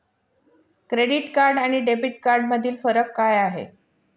Credit card आणि debit कार्डमधील फरक काय आहे?